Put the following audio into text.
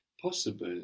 possible